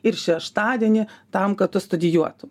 ir šeštadienį tam kad tu studijuotum